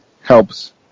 helps